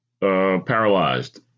paralyzed